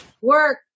work